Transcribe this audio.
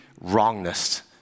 wrongness